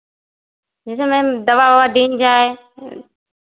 जैसे मैम दवा ओवा दीन जाए